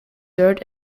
third